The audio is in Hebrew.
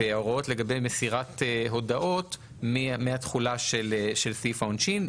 ההוראות לגבי מכירת הודעות מהתחולה של סעיף העונשין,